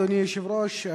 אדוני היושב-ראש,